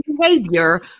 behavior